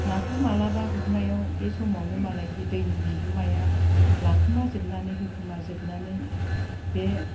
नाखौ माब्लाबा गुरनायाव बे समावनो मालाय बे दै बिगुमाया लाखुमा जोबनानै होखोमाजोबनानै बे